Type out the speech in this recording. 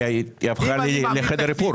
אבל היא הפכה לחדר האיפור.